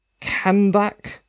Kandak